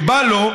כשבא לו,